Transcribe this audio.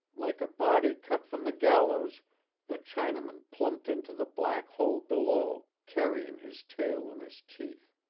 like a body cut from the gallows the chinaman plumped into the black hole below, carrying his tail in his teeth.